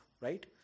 right